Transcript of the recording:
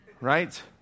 Right